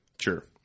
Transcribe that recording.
Sure